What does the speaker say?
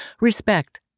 Respect